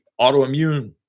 autoimmune